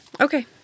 Okay